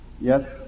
yes